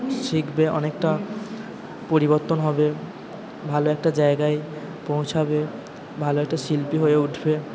শিখবে অনেকটা পরিবর্তন হবে ভালো একটা জায়গায় পৌঁছাবে ভালো একটা শিল্পী হয়ে উঠবে